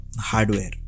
hardware